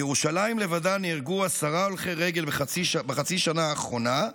בירושלים לבדה נהרגו עשרה הולכי רגל בחצי השנה האחרונה,